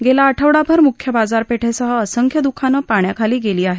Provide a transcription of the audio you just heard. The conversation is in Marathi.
गेला आठवडाभर मुख्य बाजारपेठेसह असंख्य दकानं पाण्याखाली गेली आहेत